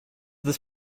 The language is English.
this